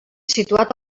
situat